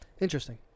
Interesting